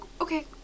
okay